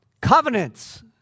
covenants